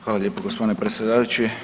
Hvala lijepo gospodine predsjedavajući.